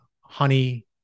honey